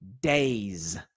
Days